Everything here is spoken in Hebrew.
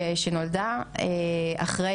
אם זה פרקליטות ואם זה משטרה ואם זה